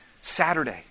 Saturday